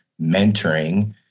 mentoring